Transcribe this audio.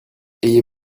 ayez